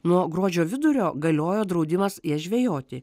nuo gruodžio vidurio galiojo draudimas jas žvejoti